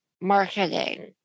marketing